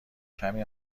کمی